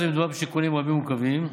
היות שמדובר בשיקולים רבים ומורכבים,